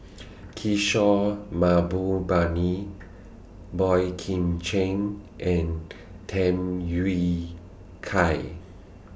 Kishore Mahbubani Boey Kim Cheng and Tham Yui Kai